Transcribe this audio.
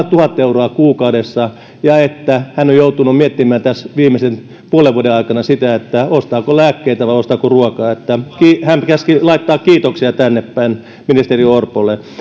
tuhat euroa kuukaudessa ja että hän on joutunut miettimään tässä viimeisen puolen vuoden aikana sitä ostaako lääkkeitä vai ostaako ruokaa hän käski laittaa kiitoksia tänne päin ministeri orpolle